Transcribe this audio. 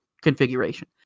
configuration